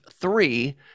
three